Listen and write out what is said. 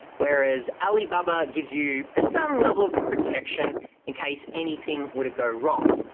whereas alibaba gives you a certain level of protection in case anything were to go wrong.